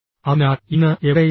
അതിനാൽ ഇന്ന് എവിടെയും ഇല്ല